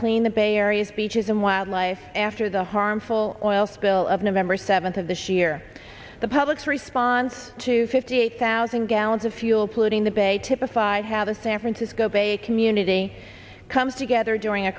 clean the bay area's beaches and wildlife after the harmful oil spill of november seventh of this year the public's response to fifty eight thousand gallons of fuel polluting the bay typify how the san francisco bay community comes together during a